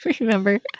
remember